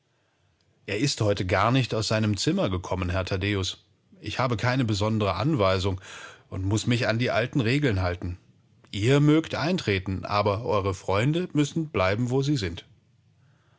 er ist heute nicht aus seinem zimmer herausgekommen mr thaddeus und ich habe keine anweisungen sie wissen selbst sehr gut daß ich mich an die regeln halten muß sie kann ich hereinlassen aber ihre freunde müssen bleiben wo sie sind